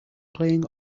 playing